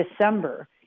December